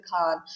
Khan